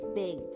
big